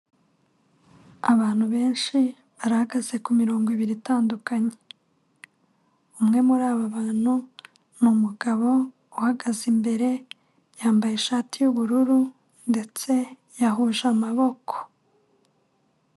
Abantu benshi bahagaze ku mirongo ibiri itandukanye, umwe muri aba bantu ni umugabo uhagaze imbere, yambaye ishati y'ubururu ndetse yahuje amaboko.